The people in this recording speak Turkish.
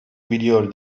biliyor